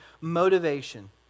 motivation